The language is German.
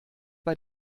bei